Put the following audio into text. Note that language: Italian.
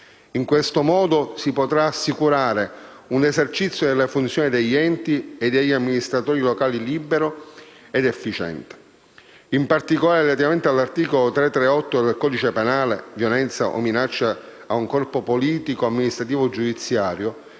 in questo modo si potrà assicurare un esercizio delle funzioni degli enti e degli amministratori locali libero ed efficiente. In particolare, relativamente all'articolo 338 del codice penale (violenza o minaccia a un corpo politico, amministrativo o giudiziario),